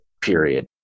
period